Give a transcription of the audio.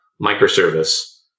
microservice